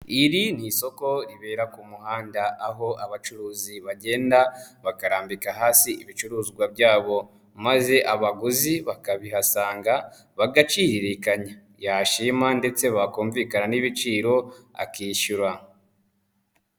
Iri ni isoko ribera ku muhanda aho abacuruzi bagenda bakarambika hasi ibicuruzwa byabo maze abaguzi bakabihasanga bagaciririkanya, yashima ndetse bakumvikana n'ibiciro akishyura.